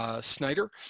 Snyder